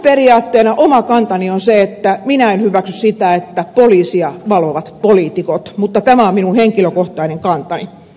perusperiaatteena oma kantani on se että minä en hyväksy sitä että poliisia valvovat poliitikot mutta tämä on minun henkilökohtainen kantani